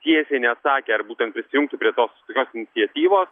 tiesiai neatsakė ar būtent prisijungtų prie to tokios iniciatyvos